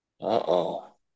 Uh-oh